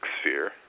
sphere